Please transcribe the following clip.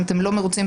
אם אתם לא מרוצים,